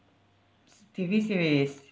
s~ T_V series